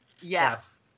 Yes